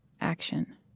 action